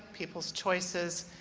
people's choices,